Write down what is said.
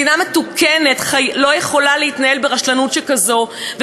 מדינה מתוקנת לא יכולה להתנהל ברשלנות שכזאת,